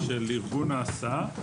של ארגון ההסעה,